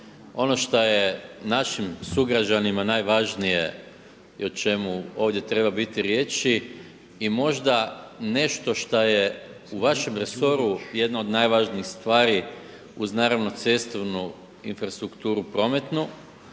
Ono šta je našim sugrađanima najvažnije i o čemu ovdje treba biti riječi i možda nešto šta je u vašem resoru jedna od najvažnijih stvari uz naravno cestovnu infrastrukturu prometnu